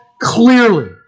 clearly